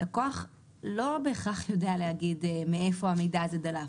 לקוח לא בהכרח יודע להגיד מאיפה המידע הזה דלף.